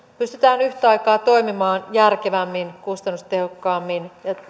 pystytään yhtä aikaa toimimaan järkevämmin kustannustehokkaammin